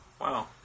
Wow